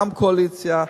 גם קואליציה.